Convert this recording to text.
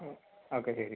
ആ ഓക്കേ ശരി